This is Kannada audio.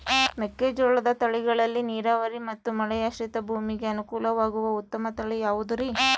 ಮೆಕ್ಕೆಜೋಳದ ತಳಿಗಳಲ್ಲಿ ನೇರಾವರಿ ಮತ್ತು ಮಳೆಯಾಶ್ರಿತ ಭೂಮಿಗೆ ಅನುಕೂಲವಾಗುವ ಉತ್ತಮ ತಳಿ ಯಾವುದುರಿ?